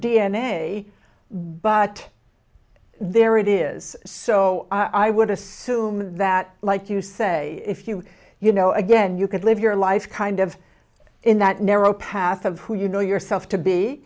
a but there it is so i would assume that like you say if you you know again you could live your life kind of in that narrow path of who you know yourself to be